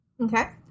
Okay